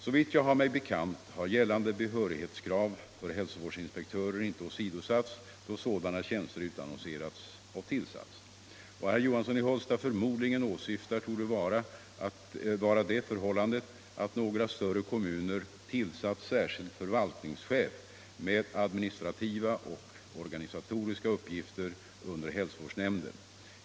Såvitt jag har mig bekant har gällande behörighetskrav för hälsovårdsinspektörer inte åsidosatts då sådana tjänster utannonserats och tillsatts. Vad herr Johansson i Hållsta förmodligen åsyftar torde vara det förhållandet att några större kommuner tillsatt särskild förvaltningschef med administrativa och organisatoriska uppgifter under hälsovårdsnämnden.